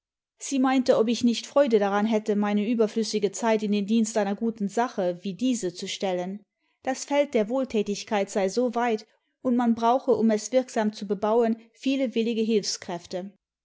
sie memte ob ich nicht freude daran hätte meine überflüssige zeit in den dienst einer guten sache wie diese zu stellen das feld der wohltätigkeit sei so weit und man brauche um es wirksam zu bebauen viele willige